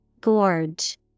Gorge